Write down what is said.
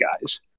guys